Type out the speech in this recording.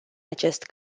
acest